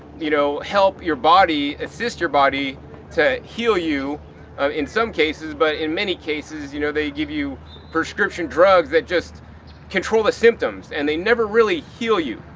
you know, help your body, assist your body to heal you um in some cases but in many cases, you know, they give you prescription drugs that just control the symptoms. and they never really heal you.